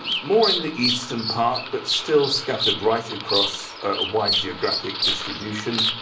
more in the eastern part, but still scattered right across a wide geographic distribution.